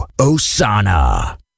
Osana